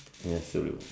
yes Thiru